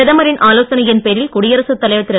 பிரதமரின் ஆலோசனையின் பேரில் குடியரசுத் தலைவர் திரு